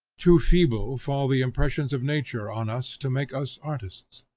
too feeble fall the impressions of nature on us to make us artists.